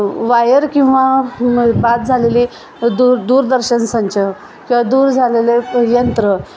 wire किंवा बाद झालेली दूर दूरदर्शनसंच किंवा दूर झालेले यंत्र